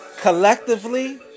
Collectively